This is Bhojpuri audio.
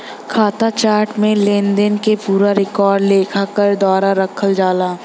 खाता चार्ट में लेनदेन क पूरा रिकॉर्ड लेखाकार द्वारा रखल जाला